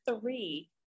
three